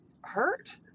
hurt